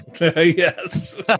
Yes